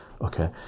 okay